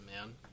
man